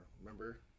remember